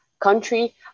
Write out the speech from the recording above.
country